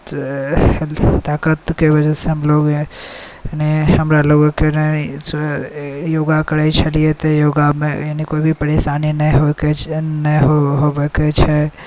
health ताकतके वजहसँ हमलोक यानी हमरा लोकके ने योगा करै छलिए तऽ योगामे यानी कोइ भी परेशानी नहि होइ होवऽके छै